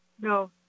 No